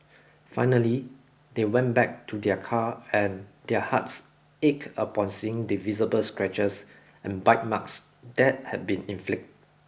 finally they went back to their car and their hearts ached upon seeing the visible scratches and bite marks that had been inflict